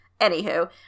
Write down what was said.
Anywho